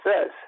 says